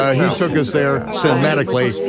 ah he took us there cinematically.